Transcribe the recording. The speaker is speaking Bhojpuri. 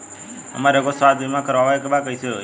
हमरा एगो स्वास्थ्य बीमा करवाए के बा कइसे होई?